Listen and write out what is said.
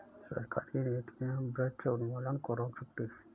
सरकारी नीतियां वृक्ष उन्मूलन को रोक सकती है